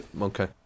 Okay